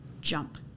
jump